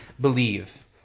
believe